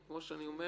כמו שאני אומר